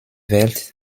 welt